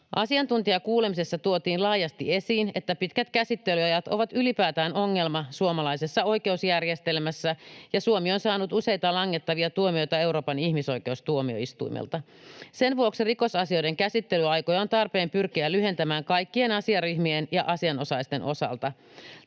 Asiantuntijakuulemisessa tuotiin laajasti esiin, että pitkät käsittelyajat ovat ylipäätään ongelma suomalaisessa oikeusjärjestelmässä ja Suomi on saanut useita langettavia tuomioita Euroopan ihmisoikeustuomioistuimelta. Sen vuoksi rikosasioiden käsittelyaikoja on tarpeen pyrkiä lyhentämään kaikkien asiaryhmien ja asianosaisten osalta.